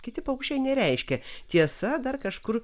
kiti paukščiai nereiškia tiesa dar kažkur